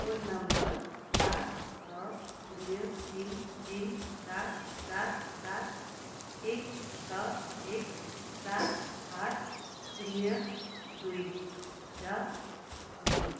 phone number सात छ शून्य तिन तिन सात सात सात एक छ एक सात आठ शून्य दुई र